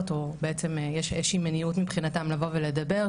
או יש איזו שהיא מניעה מבחינתן לבוא ולדבר,